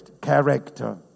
character